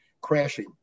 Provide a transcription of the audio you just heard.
crashing